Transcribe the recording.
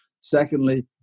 Secondly